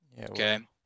Okay